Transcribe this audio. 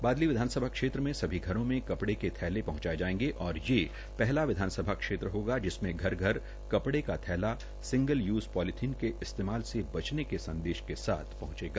बादली विधानसभा क्षेत्र में सभी घरों में कपड़े के थैले पहंचायें जाएंगे और यह पहला विधानसभा क्षेत्र होगा जिसमें घर घर कपड़े का थैला सिंगल यूज पॉलीथिन के इस्तेमाल से बचने के संदेश के साथ पहंचेगा